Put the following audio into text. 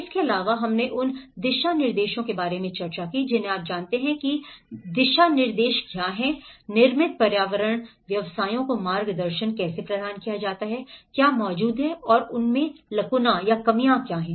इसके अलावा हमने उन दिशानिर्देशों के बारे में चर्चा की जिन्हें आप जानते हैं कि दिशानिर्देश क्या हैं निर्मित पर्यावरण व्यवसायों को मार्गदर्शन कैसे प्रदान किया गया है क्या मौजूद है और उनका लकुना क्या है